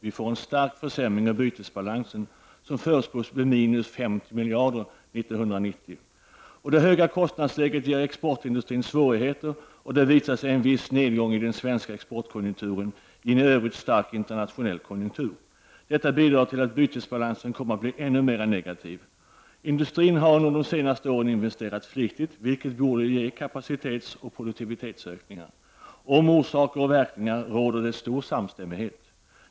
Vi får en stark försämring av bytesbalansen, som förutspås bli minus 50 miljarder för 1990. Det höga kostnadsläget ger exportindustrin svårigheter, och det har visat sig i en viss nedgång i den svenska exportkonjunkturen i en i övrigt stark internationell konjunktur. Detta bidrar till att bytesbalansen kommer att bli ännu mera negativ. Industrin har under de senaste åren investerat flitigt, vilket borde ge kapacitetsoch produktivitetsökningar. Om orsaker och verkningar råder det stor samstämmighet.